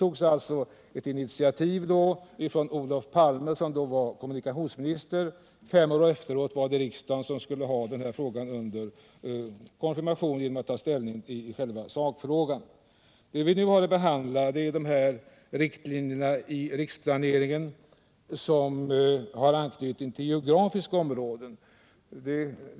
Olof Palme, som då var kommunikationsminister, tog som sagt initiativ till en riksplanering. Fem år senare fick riksdagen frågan för konfirmation genom att ta ställning i själva sakfrågan. Det vi nu har att behandla är de riktlinjer för riksplaneringen som har anknytning till geografiska områden.